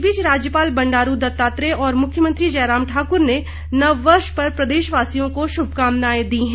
इस बीच राज्यपाल बंडारू दत्तात्रेय और मुख्यमंत्री जयराम ठाकुर ने नववर्ष पर प्रदेशवासियों को शुभकामनाएं दी हैं